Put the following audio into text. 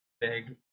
big